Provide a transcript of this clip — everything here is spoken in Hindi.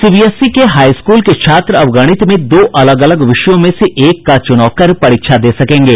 सीबीएसई के हाई स्कूल के छात्र अब गणित में दो अलग अलग विषयों में से एक का चुनाव कर परीक्षा दे सकेंगे